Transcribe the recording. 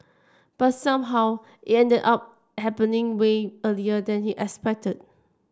but somehow it ended up happening way earlier than he expected